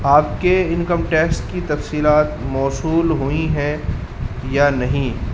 آپ کے income tax کی تفصیلات موصول ہوئی ہیں یا نہیں